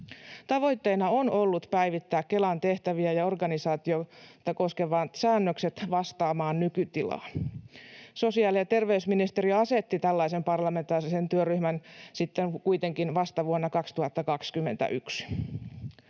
Tavoitteena on ollut päivittää Kelan tehtäviä ja organisaatiota koskevat säännökset vastaamaan nykytilaa. Sosiaali- ja terveysministeriö asetti tällaisen parlamentaarisen työryhmän sitten kuitenkin vasta vuonna 2021.